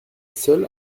seul